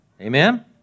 Amen